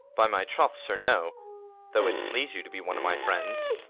by my troth, sir, no though it please you to be one of my friends.